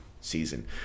season